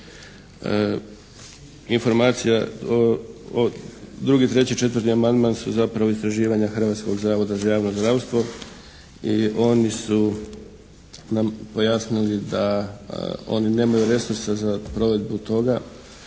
a drugi ne. Drugi, treći i četvrti amandman su zapravo istraživanja Hrvatskog zavoda za javno zdravstvo i oni su nam pojasnili da oni nemaju resurse za provedbu toga